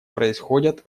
происходят